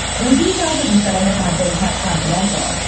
though details of the settlement have been kept confidential.